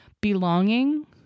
Belonging